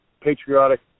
patriotic